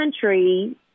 country